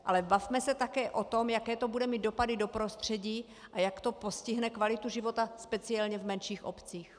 Ale bavme se také o tom, jaké to bude mít dopady do prostředí a jak to postihne kvalitu života, speciálně v menších obcích.